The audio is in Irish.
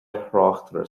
thráchtaire